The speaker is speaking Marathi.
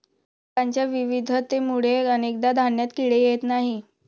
पिकांच्या विविधतेमुळे अनेकदा धान्यात किडे येत नाहीत